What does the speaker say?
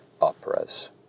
operas